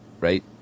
right